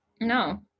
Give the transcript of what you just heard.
No